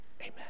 Amen